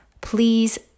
please